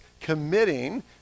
committing